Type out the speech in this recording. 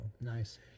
nice